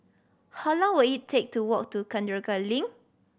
how long will it take to walk to Chencharu Link